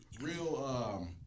real